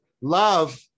love